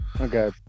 Okay